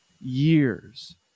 years